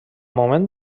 moment